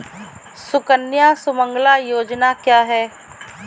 सुकन्या सुमंगला योजना क्या है?